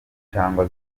canke